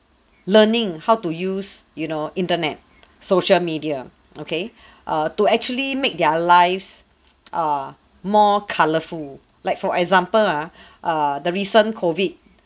learning how to use you know internet social media okay err to actually make their lives uh more colourful like for example ah err the recent COVID